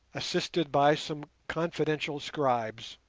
assisted by some confidential scribes,